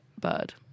bird